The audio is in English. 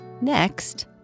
Next